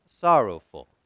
sorrowful